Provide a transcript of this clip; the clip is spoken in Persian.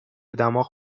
دماغ